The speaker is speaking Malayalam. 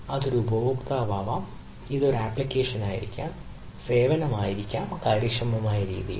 അത് ഒരു ഉപയോക്താവാകാം ഇത് ഒരു അപ്ലിക്കേഷനായിരിക്കാം ഇത് ഒരു സേവനമായിരിക്കാം കാര്യക്ഷമമായ രീതിയിൽ